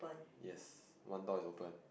yes one door is open